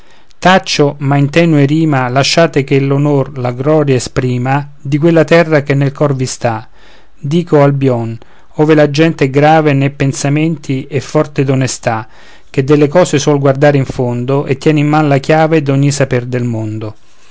ma in tenue rima lasciate che l'onor la gloria esprima di quella terra che nel cor vi sta dico albïon ove la gente è grave ne pensamenti e forte d'onestà che delle cose suol guardare in fondo e tiene in man la chiave d'ogni saper nel mondo